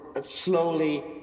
slowly